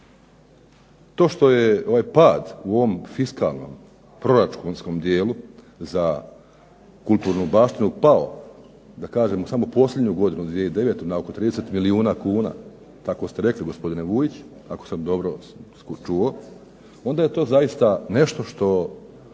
To što je ovaj pad u ovom fiskalnom proračunskom dijelu za kulturnu baštinu pao da kažem samo posljednju godinu 2009. na oko 30 milijuna kuna, tako ste rekli gospodine Vujić ako sam dobro čuo, onda je to zaista nešto što